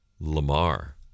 Lamar